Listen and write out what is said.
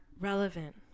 relevant